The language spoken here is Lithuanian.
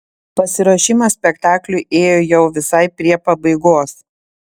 pasiruošimas spektakliui ėjo jau visai prie pabaigos